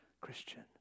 Christian